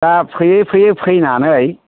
दा फैयै फैयै फैनानै